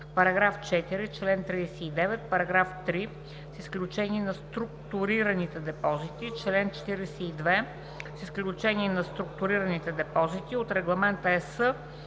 параграф 4, чл. 39, параграф 3 (с изключение на структурираните депозити), чл. 42 (с изключение на структурираните депозити) от Регламент (ЕС)